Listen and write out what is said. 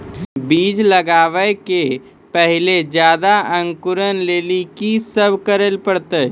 बीज लगावे के पहिले जल्दी अंकुरण लेली की सब करे ले परतै?